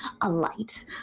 alight